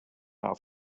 auf